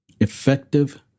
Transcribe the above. Effective